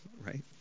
right